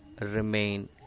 remain